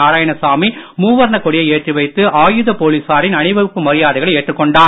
நாராயணசாமி மூவர்ண கொடியை ஏற்றி வைத்து ஆயுத போலீசாரின் அணிவகுப்பு மரியாதைகளை ஏற்றுக் கொண்டார்